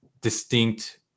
distinct